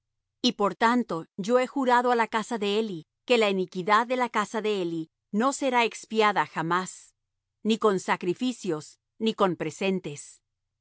y por tanto yo he jurado á la casa de eli que la iniquidad de la casa de eli no será expiada jamás ni con sacrificios ni con presentes